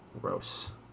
Gross